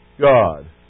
God